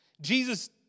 Jesus